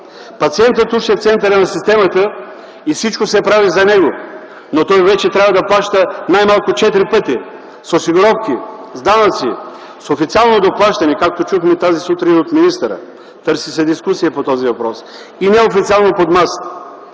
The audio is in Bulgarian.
Пациентът уж е в центъра на системата и всичко се прави за него, но той вече трябва да плаща най-малко четири пъти: с осигуровки, с данъци, с официално доплащане, както чухме тази сутрин от министъра – търси се дискусия по този въпрос, и неофициално – под масата.